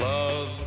Love